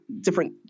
different